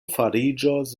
fariĝos